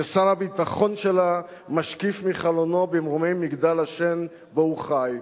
ששר הביטחון שלה משקיף מחלונו במרומי מגדל השן שבו הוא חי,